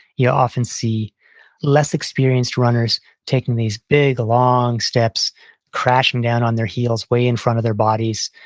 you'll often see less experienced runners taking these big long steps crashing down on their heels way in front of their bodies.